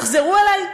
תחזרו אלי מחדש,